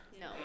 No